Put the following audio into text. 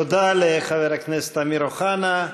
תודה לחבר הכנסת אמיר אוחנה.